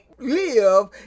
live